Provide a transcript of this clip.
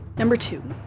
number two.